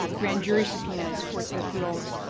um grand jury subpoenas, courts of appeals,